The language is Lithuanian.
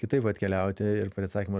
kitaip atkeliauti ir prie atsakymo